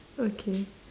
okay